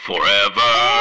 Forever